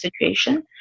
situation